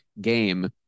game